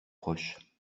proche